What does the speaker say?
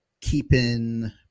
keeping